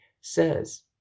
says